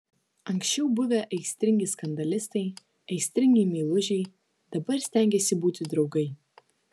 anksčiau buvę aistringi skandalistai aistringi meilužiai dabar stengėsi būti draugai